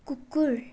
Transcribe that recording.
कुकुर